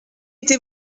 été